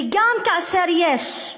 וגם כאשר יש,